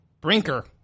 Brinker